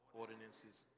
ordinances